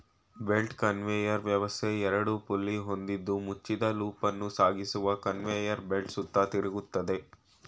belt conveyor ವ್ಯವಸ್ಥೆ ಎರಡು pulley ಹೊಂದಿದ್ದು ಮುಚ್ಚಿದ ಲೂಪನ್ನು ಸಾಗಿಸುವ ಕನ್ವೇಯರ್ ಬೆಲ್ಟ್ ಸುತ್ತ ತಿರುಗ್ತದೆ